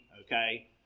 okay